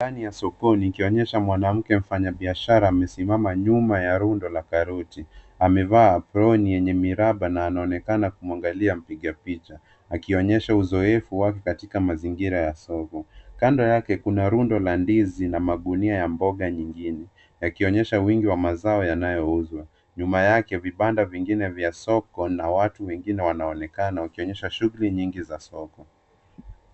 Ni ndani ya sokoni ikionyesha mwanamke mfanya biashara amesimama nyuma ya rundo la karoti. Amevaa aproni yenye miraba na anaonekana kumwangalia mpiga picha, akionyesha uzoefu wake katika mazingira ya soko. Kando yake kuna rundo la ndizi na magunia ya mboga nyingine, yakionyesha wingi wa mazao yanayouzwa. Nyuma yake vibanda vingine vya soko na watu wengine wanaoonekana, wakionyesha shughuli nyingi za soko.